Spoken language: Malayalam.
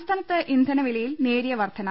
സംസ്ഥാനത്ത് ഇന്ധന വിലയിൽ നേരിയ വർധന